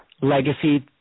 legacy